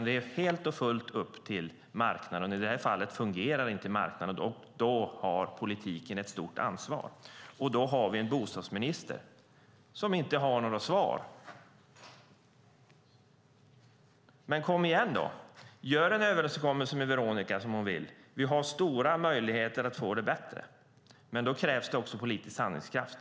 Det är helt och fullt upp till marknaden, och i det här fallet fungerar inte marknaden. Då har politiken ett stort ansvar, och då har vi en bostadsminister som inte har några svar. Men kom igen! Gör en överenskommelse med Veronica, som hon vill! Vi har stora möjligheter att få det bättre, men då krävs det också politisk handlingskraft.